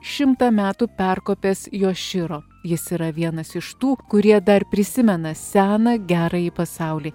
šimtą metų perkopęs jošyro jis yra vienas iš tų kurie dar prisimena seną gerąjį pasaulį